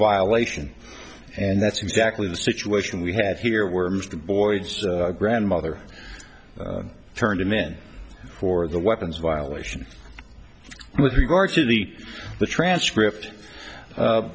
violation and that's exactly the situation we have here where mr boyd's grandmother turned him in for the weapons violation with regard to the the transcript